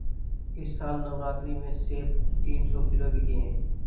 इस साल नवरात्रि में सेब तीन सौ किलो बिके हैं